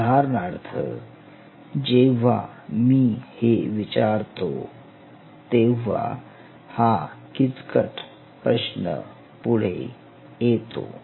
उदाहरणार्थ जेव्हा मी हे विचारतो तेव्हा हा किचकट प्रश्न पुढे येतो